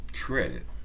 Credit